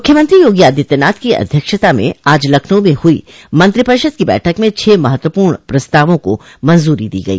मुख्यमंत्री योगी आदित्यनाथ की अध्यक्षता में आज लखनऊ मे हुई मंत्रिपरिषद की बैठक में छह महत्वपूर्ण प्रस्तावों को मंजूरी दी गई